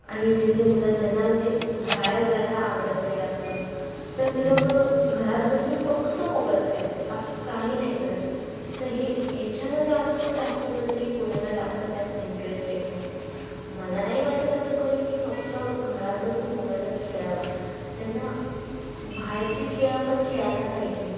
आणि जे जे मुलं ज्यांना म्हणजे बाहेर जायला आवडत नाही जास्त तर ती लोकं घरात बसून फक्त मोबाईल खेळतात बाकी काही नाही करत तर हे हेच्यामध्ये आजकाल जास्त करून की पोरांना जास्त त्यात इंट्रेस्ट येतो मला नाही वाटत असं करून की फक्त घरात बसून मोबाईलच खेळावा त्यांना बाहेरचे खेळ पण खेळायला पाहिजे